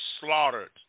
slaughtered